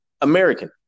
American